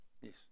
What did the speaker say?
Yes